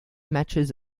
matches